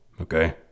okay